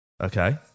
Okay